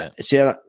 See